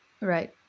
Right